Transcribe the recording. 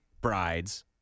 brides